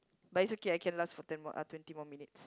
but it's okay I can last for ten more ah twenty more minutes